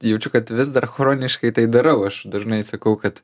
jaučiu kad vis dar chroniškai tai darau aš dažnai sakau kad